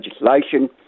Legislation